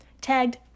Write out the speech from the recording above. tagged